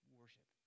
worship